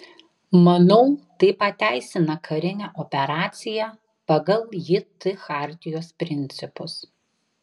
manau tai pateisina karinę operaciją pagal jt chartijos principus